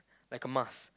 like a mask